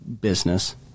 business